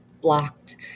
blocked